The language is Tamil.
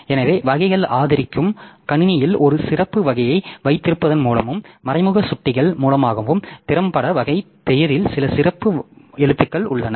எனவே வகைகளை ஆதரிக்கும் கணினியில் ஒரு சிறப்பு வகையை வைத்திருப்பதன் மூலமும் மறைமுக சுட்டிகள் மூலமாகவும் திறம்பட வகை பெயரில் சில சிறப்பு எழுத்துக்கள் உள்ளன